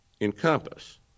encompass